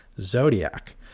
zodiac